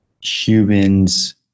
humans